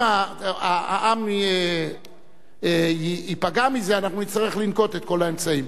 אם העם ייפגע מזה אנחנו נצטרך לנקוט את כל האמצעים.